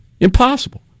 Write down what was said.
Impossible